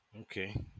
Okay